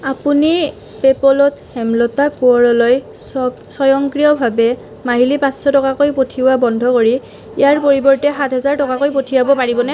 আপুনি পে'পলত হেমলতা কোঁৱৰলৈ স্বয়ংক্ৰিয়ভাৱে মাহিলী পাঁচশ টকাকৈ পঠিওৱা বন্ধ কৰি ইয়াৰ পৰিৱৰ্তে সাত হাজাৰ টকাকৈ পঠিয়াব পাৰিবনে